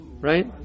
Right